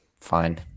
fine